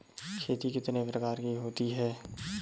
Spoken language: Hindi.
खेती कितने प्रकार की होती है?